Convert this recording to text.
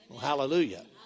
Hallelujah